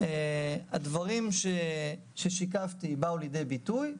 הדברים ששיקפתי באו לידי ביטוי,